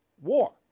war